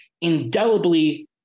indelibly